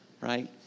right